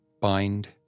Bind